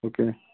okay